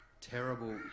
terrible